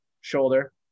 shoulder